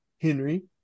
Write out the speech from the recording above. Henry